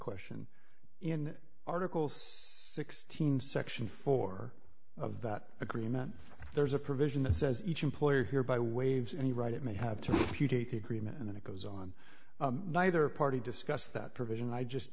question in articles sixteen section four of that agreement there's a provision that says each employer hereby waves any right it may have to refute the agreement and then it goes on neither party discussed that provision i just